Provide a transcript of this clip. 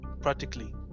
practically